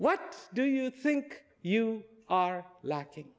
what do you think you are lacking